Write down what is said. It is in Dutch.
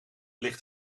ligt